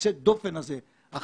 יוצא הדופן הזה,